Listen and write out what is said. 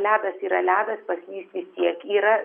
ledas yra ledas paslyst vistiek yra